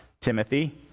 Timothy